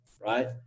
Right